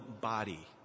body